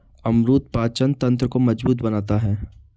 अमरूद पाचन तंत्र को मजबूत बनाता है